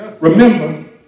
Remember